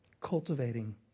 cultivating